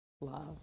love